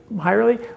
highly